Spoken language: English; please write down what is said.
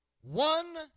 One